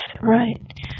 Right